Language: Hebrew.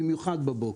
במיוחד בבוקר.